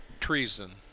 Treason